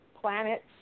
planets